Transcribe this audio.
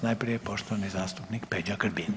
Najprije poštovani zastupnik Peđa Grbin.